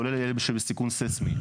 כולל אלה שבסיכון ססמי,